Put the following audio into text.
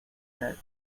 that